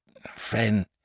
friend